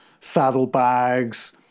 saddlebags